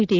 T